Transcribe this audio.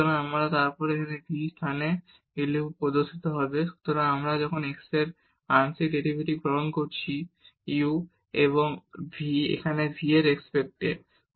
সুতরাং তারপর এই v এখানে এইসব স্থানে প্রদর্শিত হবে যখন আমরা x এর আংশিক ডেরিভেটিভ গ্রহণ করছি u এবং এখানে v এর ওপর নির্ভর করে হবে